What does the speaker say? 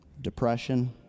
depression